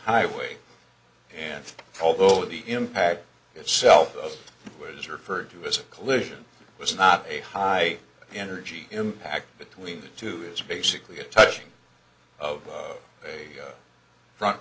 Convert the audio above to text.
highway and although the impact itself was referred to as a collision was not a high energy impact between the two is basically a touching of a front